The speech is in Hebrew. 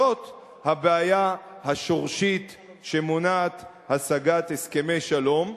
זאת הבעיה השורשית שמונעת השגת הסכמי שלום.